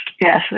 Yes